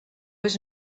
was